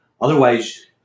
Otherwise